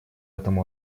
этом